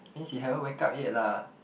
means he haven't wake up yet lah